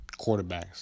quarterbacks